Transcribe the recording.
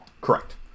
Correct